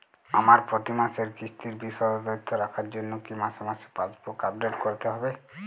আমার প্রতি মাসের কিস্তির বিশদ তথ্য রাখার জন্য কি মাসে মাসে পাসবুক আপডেট করতে হবে?